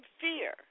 fear